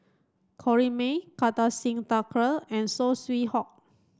Corrinne May Kartar Singh Thakral and Saw Swee Hock